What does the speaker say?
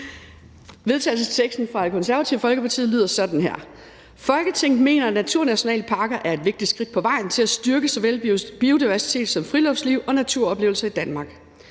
Vedtagelsesteksten fra Det Konservative Folkeparti lyder sådan: Forslag til vedtagelse »Folketinget mener, at naturnationalparker er et vigtigt skridt på vejen til at styrke såvel biodiversitet som friluftsliv og naturoplevelser i Danmark.